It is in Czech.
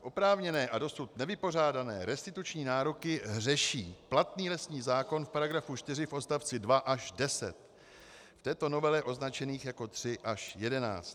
Oprávněné a dosud nevypořádané restituční nároky řeší platný lesní zákon v § 4 v odst. 2 až 10, v této novele označených jako 3 až 11.